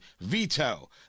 Veto